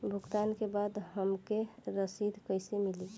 भुगतान के बाद हमके रसीद कईसे मिली?